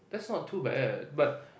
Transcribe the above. that's not too bad but